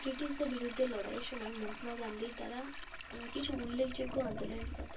ব্রিটিশদের বিরুদ্ধে লড়াইয়ের সময় মহাত্মা গান্ধীর দ্বারা কিছু উল্লেখযোগ্য আন্দোলেনের কথা